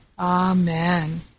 Amen